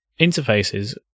interfaces